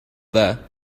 there